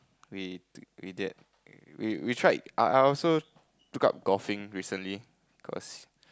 we to we that we we tried I I also took up golfing recently cause